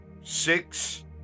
six